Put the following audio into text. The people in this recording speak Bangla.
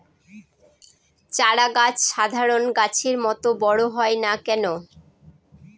চারা গাছ সাধারণ গাছের মত বড় হয় না কেনো?